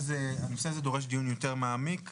הנושא הזה דורש דיון יותר מעמיק,